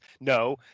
No